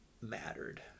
mattered